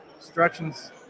Instructions